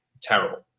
terrible